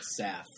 saf